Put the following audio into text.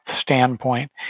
standpoint